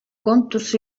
kontuz